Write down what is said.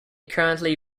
currently